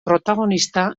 protagonista